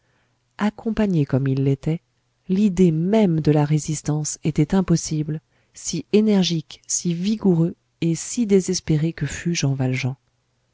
accompagné comme il l'était l'idée même de la résistance était impossible si énergique si vigoureux et si désespéré que fût jean valjean